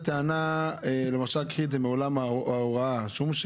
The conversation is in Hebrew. בעולם ההוראה, למשל,